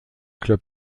club